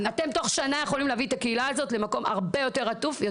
אתם תוך שנה יכולים להביא את הקהילה הזו למקום הרבה יותר עטוף,